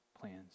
plans